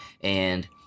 And-